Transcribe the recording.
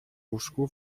łóżku